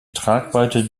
tragweite